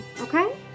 okay